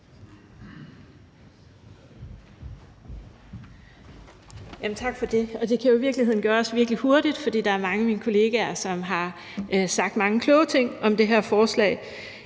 Tak for det. Det kan jo i virkeligheden gøres rimelig hurtigt, for der er mange af mine kollegaer, der har sagt mange kloge ting om det her forslag